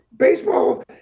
Baseball